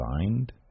signed